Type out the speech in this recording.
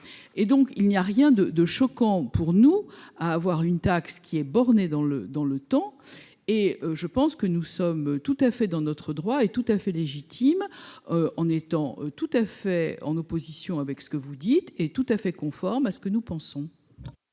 et donc il n'y a rien de de choquant pour nous à avoir une taxe qui est bornée dans le dans le temps et je pense que nous sommes tout à fait dans notre droit et tout à fait légitime en étant tout à fait en opposition avec ce que vous dites est tout à fait conforme à ce que nous pensons.